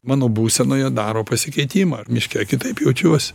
mano būsenoje daro pasikeitimą miške kitaip jaučiuosi